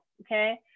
Okay